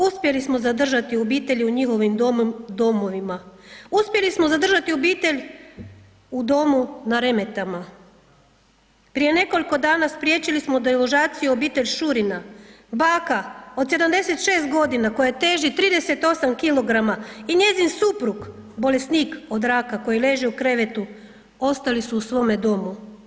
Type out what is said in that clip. Uspjeli smo zadržati obitelji u njihovim domovima, uspjeli smo zadržati obitelj u domu na Remetama, prije nekoliko dana spriječili smo deložaciju obitelj Šurina, baka od 76 godina koja teži 38 kg i njezin suprug bolesnik od raka koji leži u krevetu ostali su u svome domu.